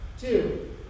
Two